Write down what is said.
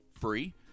free